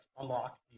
unlock